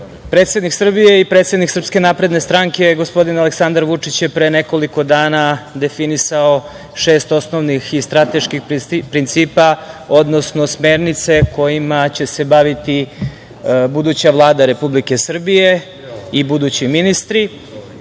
predsednik Srbije i predsednik SNS, gospodin Aleksandar Vučić je pre nekoliko dana definisao šest osnovnih i strateških principa, odnosno smernice kojima će se baviti buduća Vlada Republike Srbije i budući ministri